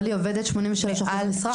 אבל היא עובדת 83% משרה.